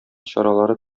чаралары